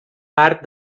part